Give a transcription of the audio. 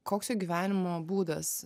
koks jų gyvenimo būdas